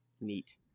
Neat